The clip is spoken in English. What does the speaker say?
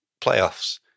playoffs